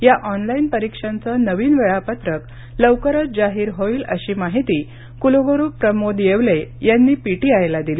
या ऑनलाइन परीक्षांच नवीन वेळापत्रक लवकरच जाहीर होईल अशी माहिती कुलगुरु प्रमोद येवले यांनी पीटीआयला दिली